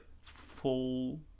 full